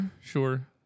sure